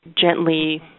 gently